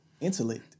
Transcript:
Intellect